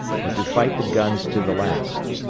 but to fight the guns to the last.